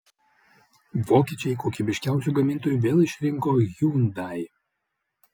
vokiečiai kokybiškiausiu gamintoju vėl išrinko hyundai